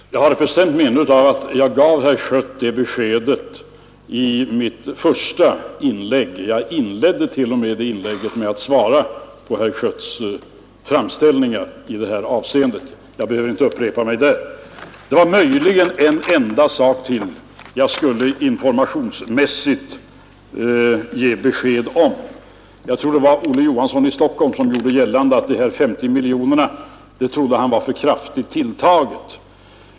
Herr talman! Jag har ett bestämt minne av att jag gav herr Schött det beskedet i mitt första inlägg. Jag t.o.m. inledde det inlägget med att svara på herr Schötts framställningar i detta avseende. Jag behöver inte upprepa detta. Jag skulle möjligen också vilja ge ytterligare ett informationsmässigt besked. Herr Olof Johansson i Stockholm gjorde gällande att de 50 miljoner kronorna var ett för kraftigt tilltaget belopp.